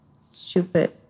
stupid